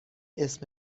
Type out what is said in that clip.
اسم